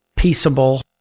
peaceable